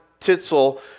Titzel